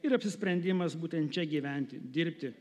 ir apsisprendimas būtent čia gyventi dirbti